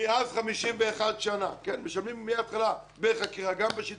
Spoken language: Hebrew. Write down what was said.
משלמים מההתחלה בחכירה, גם בשיתופי.